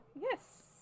Yes